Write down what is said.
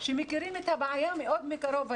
שמכירים את הבעיה מאוד מקרוב.